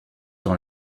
dans